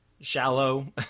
shallow